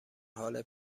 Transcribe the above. حال